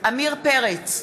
עמיר פרץ,